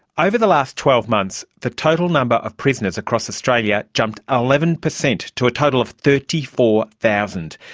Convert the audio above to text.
over the last twelve months the total number of prisoners across australia jumped ah eleven percent to a total of thirty four thousand.